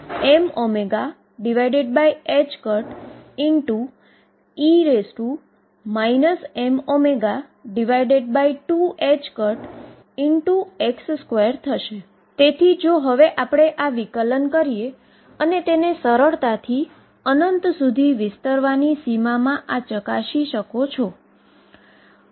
અને આ તે સમીકરણ છે જે શ્રોડિંજરેSchrödinger પ્રસ્તાવિત કર્યું હતુ અને આ ψ x t ની સમય આધારિત ψ ની બરાબર હશે જે ઉપર મુજબ સમીકરણ e iEtગણામાંથી ગણવામાં આવશે